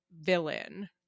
villain